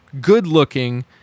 good-looking